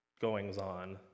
goings-on